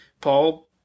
Paul